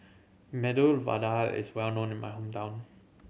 Medu Vada is well known in my hometown